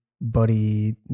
buddy